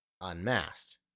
Unmasked